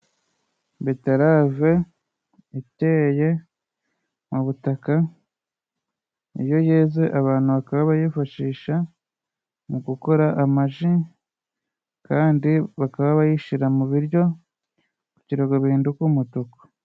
Beterave iteye mu butaka, iyo yeze abantu bakaba bayifashisha mu gukora amaji kandi bakaba bayishira mu biryo kugira ngo bihinduke umutuku.